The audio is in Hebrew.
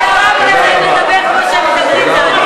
אני קורא אותך לסדר בפעם השנייה.